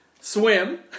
Swim